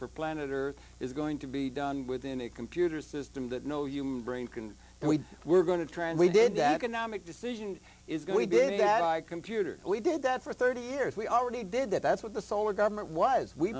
for planet earth is going to be done within a computer system that no human brain can and we were going to try and we did that anomic decision is going to be a that i computer we did that for thirty years we already did that that's what the solar government was we